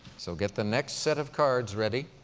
so get the next set of cards ready.